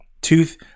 tooth